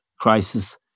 crisis